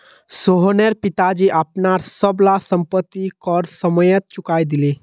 सोहनेर पिताजी अपनार सब ला संपति कर समयेत चुकई दिले